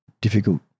difficult